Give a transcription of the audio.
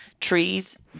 trees